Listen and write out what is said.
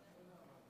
למה אתה מחייך, אדוני?